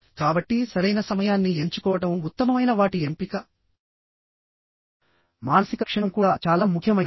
కాబట్టి సరైన సమయాన్ని ఎంచుకోవడం ఉత్తమమైన వాటి ఎంపిక మానసిక క్షణం కూడా చాలా ముఖ్యమైనది